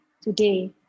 today